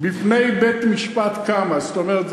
בפני בית-משפט קמא" זאת אומרת,